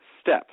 step